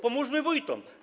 Pomóżmy wójtom.